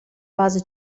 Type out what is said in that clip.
base